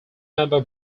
member